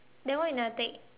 then why you never take